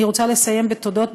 אני רוצה לסיים בתודות,